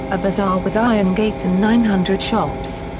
a bazaar with iron gates and nine hundred shops.